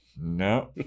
No